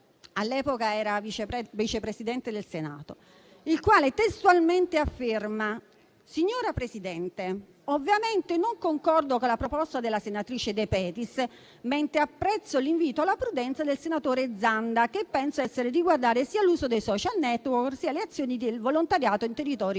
all'epoca vice Presidente del Senato, il quale testualmente afferma: «Signora Presidente, ovviamente non concordo con la proposta della senatrice De Petris, mentre apprezzo l'invito alla prudenza del senatore Zanda, che penso debba riguardare sia l'uso dei *social network*, sia le azioni del volontariato in territori rischiosi.